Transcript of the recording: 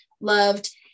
loved